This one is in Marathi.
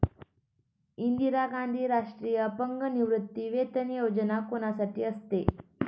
इंदिरा गांधी राष्ट्रीय अपंग निवृत्तीवेतन योजना कोणासाठी असते?